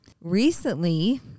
recently